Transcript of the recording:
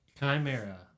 Chimera